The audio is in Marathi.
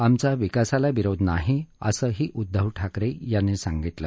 आमचा विकासाला विरोध नाही असंही उद्दव ठाकरे यांनी सांगितलं